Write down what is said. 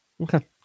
Okay